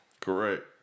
Correct